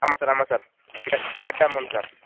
ஆமாம் சார் ஆமாம் sir net amount sir